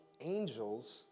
angels